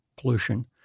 pollution